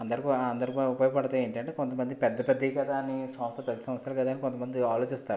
అందరికీ అందరికీ ఉపయోగపడతాయి ఏంటి అంటే కొంతమంది పెద్ద పెద్దవి కదా అని సంస్థ పెద్ద సంస్థలు కదా అని కొంతమంది ఆలోచిస్తారు